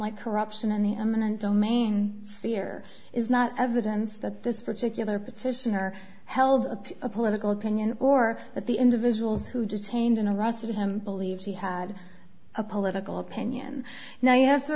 like corruption in the eminent domain sphere is not evidence that this particular petitioner held a political opinion or that the individuals who detained and arrested him believed he had a political opinion now you have to